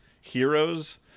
heroes